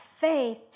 faith